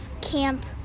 camp